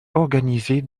organisée